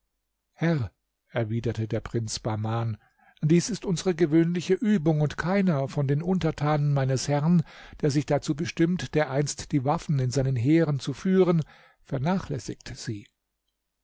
herr erwiderte der prinz bahman dies ist unsere gewöhnliche übung und keiner von den untertanen meines herrn der sich dazu bestimmt dereinst die waffen in seinen heeren zu führen vernachlässigt sie